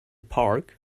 park